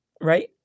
right